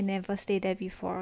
I never stay there before